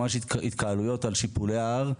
ממש התקהלויות על שיפולי ההר,